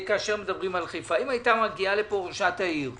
אם היתה מגיעה לפה ראשת העיר ואומרת: